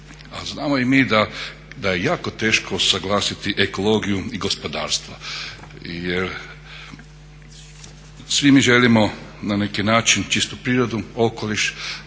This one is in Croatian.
znamo i mi da je jako teško usuglasiti ekologiju i gospodarstvo. Jer svi mi želimo na neki način čistu prirodu, okoliš,